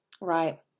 Right